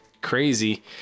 crazy